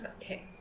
Okay